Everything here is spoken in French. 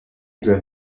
doivent